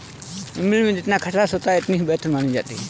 इमली में जितना खटास होता है इतनी ही बेहतर मानी जाती है